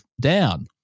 down